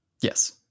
Yes